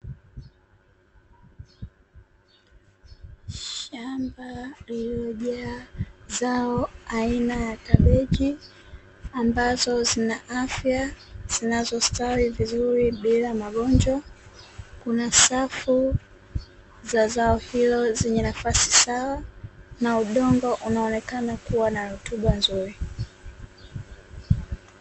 Shamba lililojaa zao aina ya kabeji ambazo zina afya, zinazostawi vizuri bila magonjwa, kuna safu za zao hilo zenye nafasi sawa na udongo unaonekana kuwa rutuba nzuri.